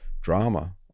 drama